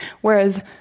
whereas